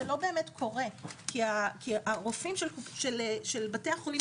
זה לא באמת קורה כי הרופאים של בתי החולים